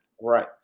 Right